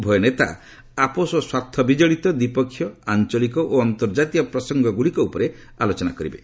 ଉଭୟ ନେତା ଆପୋଷ ସ୍ୱାର୍ଥ ବିକଡ଼ିତ ଦ୍ୱିପକ୍ଷୀୟ ଆଞ୍ଚଳିକ ଓ ଅନ୍ତର୍ଜାତୀୟ ପ୍ରସଙ୍ଗଗୁଡ଼ିକ ଉପରେ ଆଲୋଚନା କରିବେ